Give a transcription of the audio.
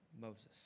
Moses